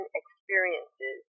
experiences